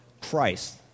Christ